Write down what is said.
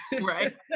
right